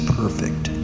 perfect